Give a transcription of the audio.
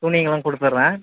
துணிகளும் கொடுத்துறேன்